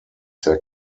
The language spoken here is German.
sehr